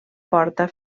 porta